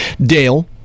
Dale